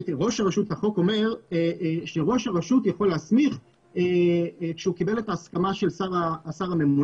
החוק אומר שראש הרשות יכול להסמיך כשהוא קיבל את ההסכמה של השר הממונה,